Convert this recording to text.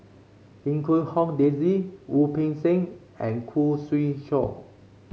Lim Quee Hong Daisy Wu Peng Seng and Khoo Swee Chiow